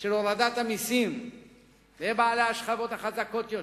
של הורדת המסים לבעלי השכבות החזקות יותר,